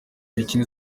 mikino